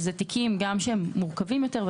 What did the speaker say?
אלה תיקים שהם גם מורכבים יותר,